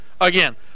again